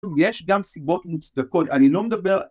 יש גם סיבות מוצדקות, אני לא מדבר